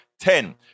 Ten